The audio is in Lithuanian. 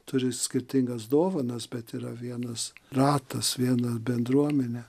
turi skirtingas dovanas bet yra vienas ratas viena bendruomenė